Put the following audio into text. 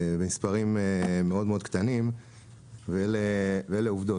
במספרים מאוד מאוד קטנים, ואלו עובדות.